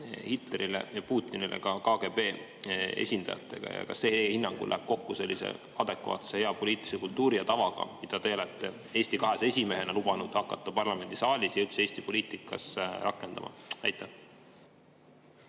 Hitlerile ja Putinile ka KGB esindajatega? Kas see teie hinnangul läheb kokku adekvaatse ja hea poliitilise kultuuri ja tavaga, mida te olete Eesti 200 esimehena lubanud hakata parlamendisaalis ja üldse Eesti poliitikas rakendama? Aitäh,